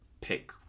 pick